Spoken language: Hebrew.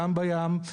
גם בים.